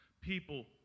people